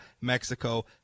Mexico